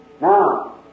Now